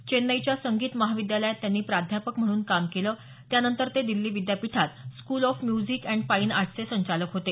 चेन्नईच्या संगीत महाविद्यालयात त्यांनी प्राध्यापक म्हणून काम केलं त्यानंतर ते दिल्ली विद्यापीठात school of music and fine ऑर्टसचे संचालक बनले